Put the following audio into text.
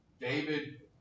David